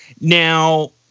Now